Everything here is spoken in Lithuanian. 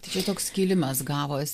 tai čia toks skilimas gavos